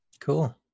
Cool